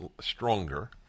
stronger